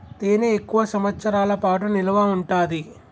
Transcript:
తేనె ఎక్కువ సంవత్సరాల పాటు నిల్వ ఉంటాది